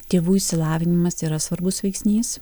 tėvų išsilavinimas yra svarbus veiksnys